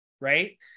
right